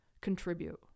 contribute